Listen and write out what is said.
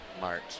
March